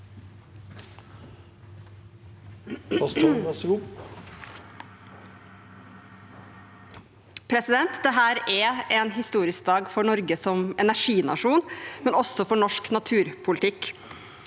Dette er en histo- risk dag for Norge som energinasjon, men også for norsk naturpolitikk.